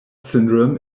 syndrome